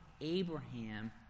Abraham